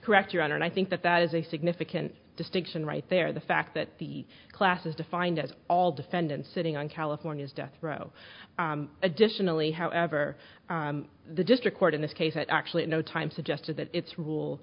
correct your honor and i think that that is a significant distinction right there the fact that the class is defined as all defendants sitting on california's death row additionally however the district court in this case had actually at no time suggested that its rule